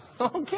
Okay